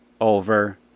Over